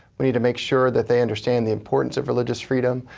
we need to make sure that they understand the importance of religious freedom,